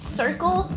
circle